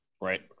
Right